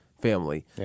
family